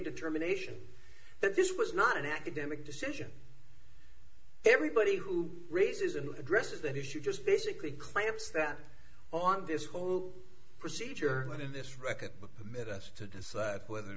determination that this was not an academic decision everybody who raises and addresses that issue just basically clamps that on this whole procedure and in this record permit us to decide whether